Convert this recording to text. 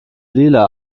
lila